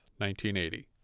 1980